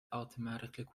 automatically